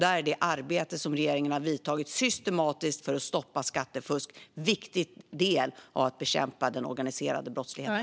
Där är de åtgärder som regeringen vidtagit systematiskt för att stoppa skattefusk en viktig del av att bekämpa den organiserade brottsligheten.